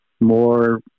more